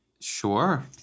Sure